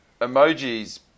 Emoji's